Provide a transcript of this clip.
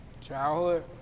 Childhood